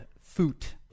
foot